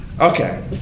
Okay